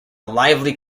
lively